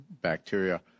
bacteria